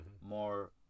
more